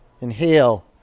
Inhale